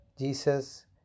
Jesus